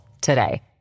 today